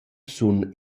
sun